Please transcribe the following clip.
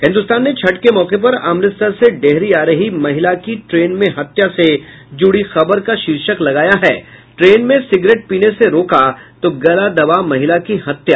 हिन्दुस्तान ने छठ के मौके पर अमृतसर से डेहरी आ रही महिला की ट्रेन में हत्या से जुड़ी खबर का शीर्षक लगाया है ट्रेन में सिगरेट पीने से रोका तो गला दबा महिला की हत्या